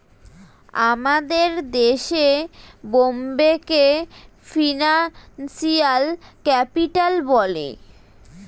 আমাদের দেশে বোম্বেকে ফিনান্সিয়াল ক্যাপিটাল বলে